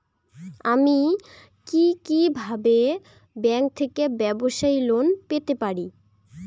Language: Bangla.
আমি কি কিভাবে ব্যাংক থেকে ব্যবসায়ী লোন পেতে পারি?